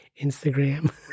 instagram